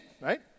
right